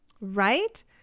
Right